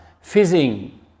fizzing